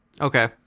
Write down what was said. Okay